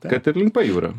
kad ir link pajūrio